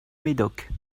médoc